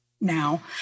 now